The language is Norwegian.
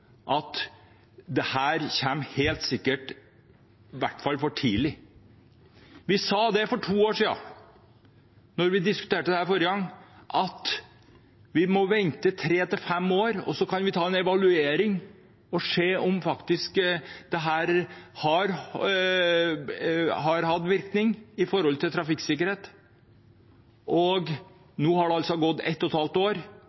helt sikkert kommer for tidlig. Vi sa for to år siden, da vi diskuterte dette forrige gang, at vi må vente tre–fem år, og så kan vi ta en evaluering og se om dette faktisk har hatt virkning med tanke på trafikksikkerhet. Nå har det altså gått et og et halvt år,